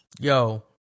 yo